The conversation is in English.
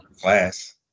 Class